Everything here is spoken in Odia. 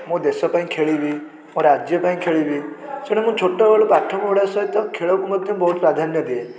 ମୋ ଦେଶ ପାଇଁ ଖେଳିବି ମୋ ରାଜ୍ୟ ପାଇଁ ଖେଳିବି ସେଇଟା ମୁଁ ଛୋଟବେଳୁ ପାଠ ପଢ଼ା ସହିତ ଖେଳକୁ ମଧ୍ୟ ବହୁତ ପ୍ରାଧାନ୍ୟ ଦିଏ